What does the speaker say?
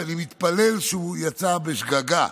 שאני מתפלל שהוא יצא בשגגה,